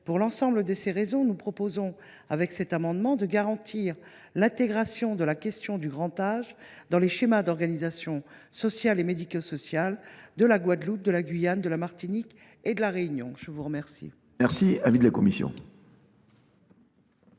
Pour l’ensemble de ces raisons, nous proposons de garantir l’intégration de la question du grand âge dans les schémas d’organisation sociale et médico sociale de la Guadeloupe, de la Guyane, de la Martinique et de La Réunion. Quel est l’avis de la commission